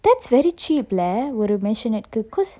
that's very cheap leh ஒரு:oru masionette cause